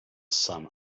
sun